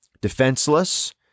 defenseless